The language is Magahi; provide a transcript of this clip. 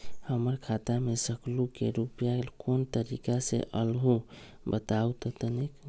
हमर खाता में सकलू से रूपया कोन तारीक के अलऊह बताहु त तनिक?